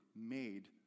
made